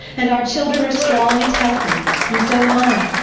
and our children are strong and healthy and so am i.